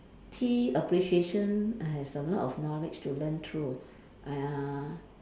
tea appreciation has a lot of knowledge to learn through uh